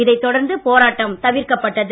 இதைத் தொடர்ந்து போராட்டம் தவிர்க்கப்பட்டது